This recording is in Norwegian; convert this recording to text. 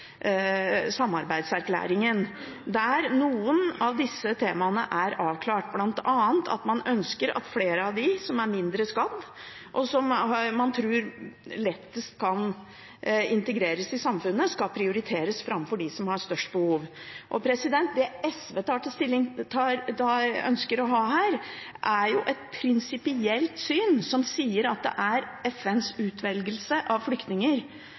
samarbeidserklæringen, der noen av disse temaene er avklart, bl.a. at man ønsker at flere av dem som er mindre skadd, og som man tror lettest kan integreres i samfunnet, skal prioriteres framfor dem som har størst behov. SV ønsker her et prinsipielt syn som sier at det er FNs utvelgelse av flyktninger